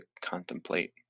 contemplate